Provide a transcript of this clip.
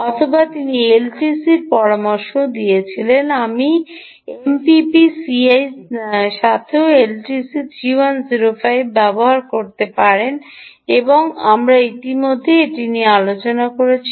অথবা তিনি এলটিসি র পরামর্শও দিয়েছিলেন আপনি এমপিপিসিআইয়ের সাথেও LTC 3105 ব্যবহার করতে পারেন আমরা ইতিমধ্যে এটি নিয়ে আলোচনা করেছি